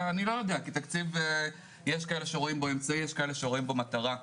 יש כאלה שרואים בו אמצעי, יש כאלה שרואים בו מטרה.